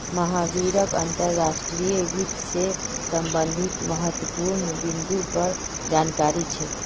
महावीरक अंतर्राष्ट्रीय वित्त से संबंधित महत्वपूर्ण बिन्दुर पर जानकारी छे